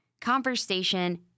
conversation